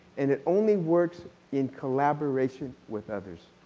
and it only works in collaboration with others.